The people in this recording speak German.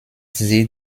sie